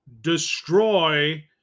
destroy